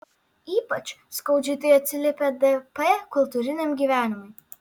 ypač skaudžiai tai atsiliepė dp kultūriniam gyvenimui